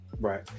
right